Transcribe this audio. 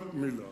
כל מלה.